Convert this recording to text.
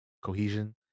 cohesion